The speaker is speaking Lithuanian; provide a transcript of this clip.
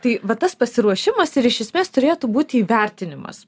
tai va tas pasiruošimas ir iš esmės turėtų būti įvertinimas